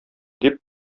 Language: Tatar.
дип